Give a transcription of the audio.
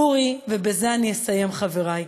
אורי, ובזה אני אסיים, חברי,